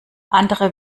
andere